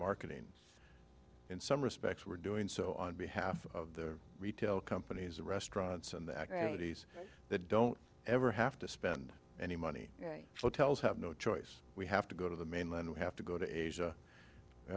marketing in some respects we're doing so on behalf of the retail companies the restaurants and the activities that don't ever have to spend any money so tell us have no choice we have to go to the mainland we have to go to asia